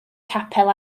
capel